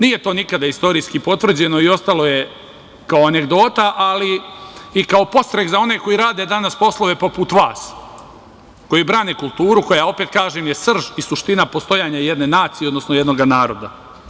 Nije to nikada istorijski potvrđeno i ostalo je, kao anegdota, ali i kao podstrek za one koji rade danas poslove poput vas, koji brane kulturu, koja, opet kažem, je srž i suština postojanja jedne nacije, odnosno jednog naroda.